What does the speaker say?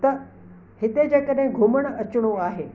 त हिते जे कॾहिं घुमणु अचणो आहे